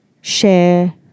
Share